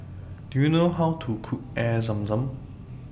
Do YOU know How to Cook Air Zam Zam